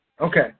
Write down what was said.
Okay